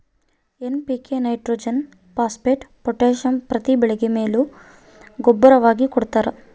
NPK nitrogen phosphate potassium ಪ್ರತಿ ಬೆಳೆಗೆ ಮೇಲು ಗೂಬ್ಬರವಾಗಿ ಕೊಡ್ತಾರ